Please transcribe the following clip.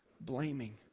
blaming